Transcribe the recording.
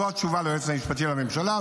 זאת התשובה ליועץ המשפטית לממשלה,